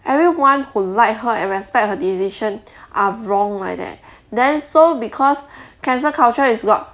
everyone who like her and respect her decision are wrong like that then so because cancel culture is got